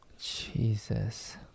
Jesus